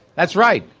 that's right.